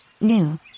new